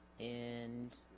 and